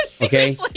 Okay